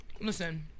listen